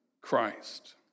Christ